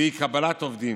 קבלת עובדים,